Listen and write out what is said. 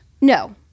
No